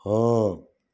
ହଁ